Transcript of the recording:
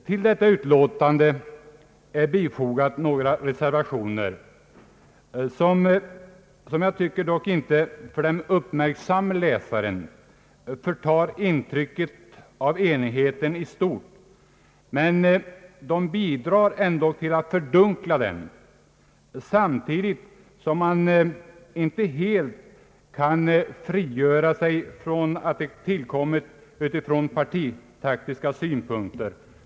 Till det föreliggande utlåtandet är fogat några reservationer som för den uppmärksamme läsaren inte förtar intrycket av enigheten i stort men som ändå bidrar till att fördunkla den, samtidigt som man inte helt kan frigöra sig från intrycket att reservationerna tillkommit utifrån partitaktiska synpunk ter.